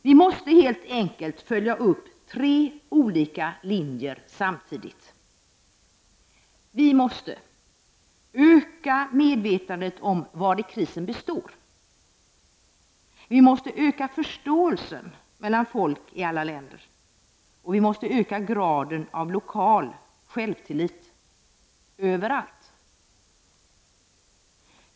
Vi måste helt enkelt följa upp tre olika linjer samtidigt. Vi måste öka medvetandet om vari krisen består. Vi måste öka förståelsen mellan folk i alla länder, och vi måste öka graden av lokal självtilllit överallt.